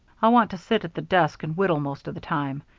i'll want to sit at the desk and whittle most of the time.